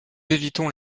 évitons